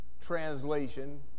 Translation